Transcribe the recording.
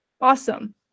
awesome